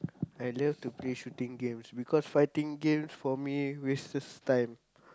I love to play shooting games because fighting games for me wastes time